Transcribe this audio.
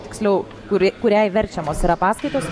tiksliau kuri kuriai verčiamos yra paskaitos